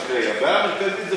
הבעיה המרכזית זה,